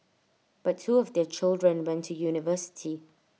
but two of their children went to university